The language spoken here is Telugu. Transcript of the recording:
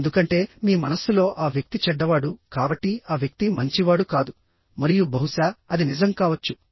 ఎందుకంటే మీ మనస్సులో ఆ వ్యక్తి చెడ్డవాడు కాబట్టి ఆ వ్యక్తి మంచివాడు కాదు మరియు బహుశా అది నిజం కావచ్చు